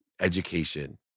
Education